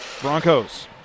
Broncos